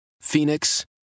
Phoenix